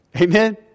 Amen